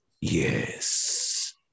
yes